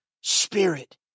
spirit